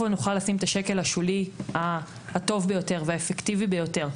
נוכל לשים את השקל השולי הטוב ביותר והאפקטיבי ביותר.